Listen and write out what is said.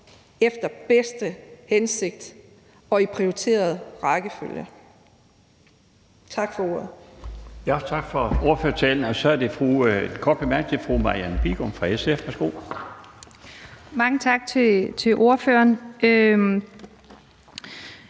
i den bedste hensigt og i prioriteret rækkefølge.